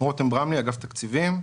רותם ברמלי, אגף תקציבים.